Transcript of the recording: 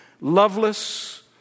loveless